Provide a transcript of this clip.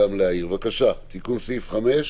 הקדש ציבורי הרשום במרשם